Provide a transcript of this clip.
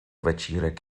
večírek